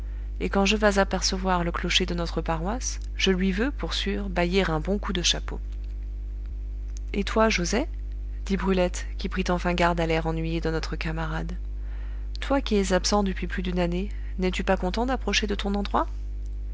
et quand je vas apercevoir le clocher de notre paroisse je lui veux pour sûr bailler un bon coup de chapeau et toi joset dit brulette qui prit enfin garde à l'air ennuyé de notre camarade toi qui es absent depuis plus d'une année n'es-tu pas content d'approcher de ton endroit